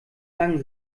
lang